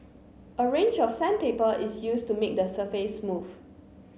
a range of sandpaper is used to make the surface smooth